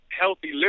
healthy